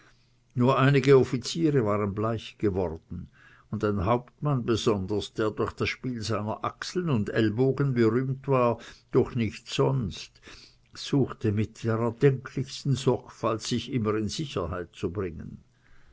nur einige offiziere waren bleich geworden und ein hauptmann besonders der durch das spiel seiner achseln und ellbogen berühmt war durch nichts sonst suchte mit der erdenklichsten sorgfalt sich immer in sicherheit zu bringen